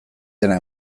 dena